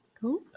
Cool